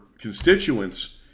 constituents